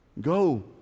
Go